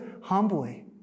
humbly